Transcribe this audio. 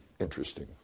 interesting